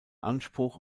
anspruch